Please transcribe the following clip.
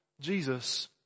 Jesus